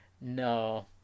no